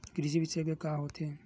कृषि विशेषज्ञ का होथे?